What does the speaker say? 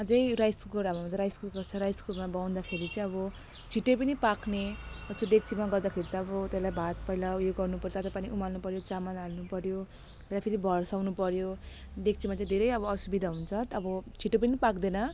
अझै rice cooker हाम्रो त राइस कुकर छ राइस कुकरमा पकाउँदाखेरि चाहिँ अब छिट्टै पनि पाक्ने जस्तो देक्चीमा गर्दाखेरि त अब त्यसलाई भात पहिला ऊ यो गर्नुपर्छ तातो पानी उमाल्नु पऱ्यो चामल हाल्नु पऱ्यो त्यसलाई फेरि भर्साउनु पऱ्यो देक्चीमा चाहिँ धेरै अब असुविधा हुन्छ अब छिटो पनि पाक्दैन